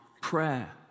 prayer